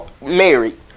married